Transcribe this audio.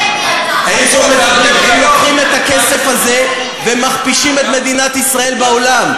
הם לוקחים את הכסף הזה ומכפישים את מדינת ישראל בעולם.